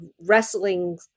wrestling